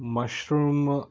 mushroom